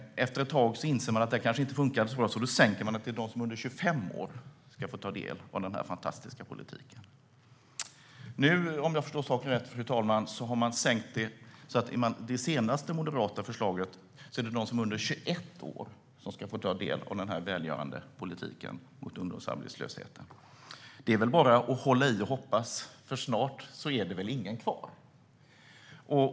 Efter ett tag inser man att det inte fungerade så bra, och då sänker man åldern till under 25 år. Om jag förstår saken rätt har man enligt det senaste moderata förslaget nu sänkt åldern ytterligare. Det är de som är under 21 år som får ta del av denna välgörande politik mot ungdomsarbetslösheten. Det är väl bara att hålla ut och hoppas, för snart är det väl ingen gräns kvar.